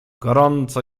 gorąco